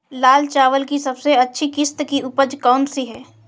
लाल चावल की सबसे अच्छी किश्त की उपज कौन सी है?